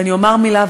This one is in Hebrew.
ואני אומר מילה,